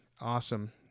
Awesome